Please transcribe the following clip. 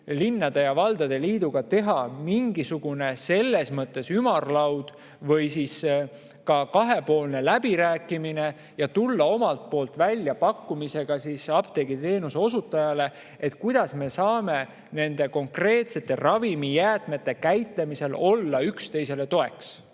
Linnade ja Valdade Liiduga teha mingisuguse ümarlaua või kahepoolse läbirääkimise ja tulla omalt poolt välja pakkumisega apteegiteenuse osutajale, et kuidas nad saavad konkreetselt ravimijäätmete käitlemisel üksteisele toeks